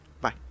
Bye